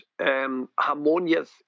harmonious